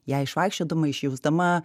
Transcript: ją išvaikščiodama išjausdama